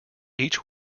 each